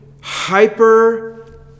hyper